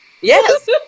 Yes